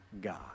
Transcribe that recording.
God